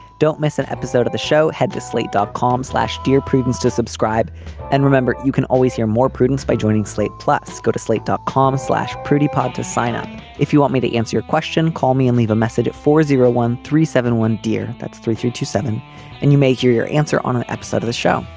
don't miss an episode of the show had the slate dot com slash dear prudence to subscribe and remember you can always hear more prudence by joining slate plus go to sleep dot com slash pretty pod to sign up if you want me to answer your question call me and leave a message at four zero one three seven one dear. that's three three two seven and you may hear your answer on an episode of the show.